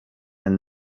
and